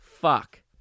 Fuck